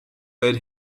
where